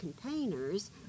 containers